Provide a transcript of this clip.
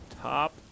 top